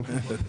תודה.